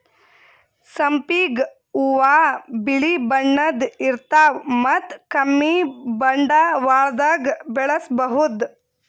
ಸಂಪಿಗ್ ಹೂವಾ ಬಿಳಿ ಬಣ್ಣದ್ ಇರ್ತವ್ ಮತ್ತ್ ಕಮ್ಮಿ ಬಂಡವಾಳ್ದಾಗ್ ಬೆಳಸಬಹುದ್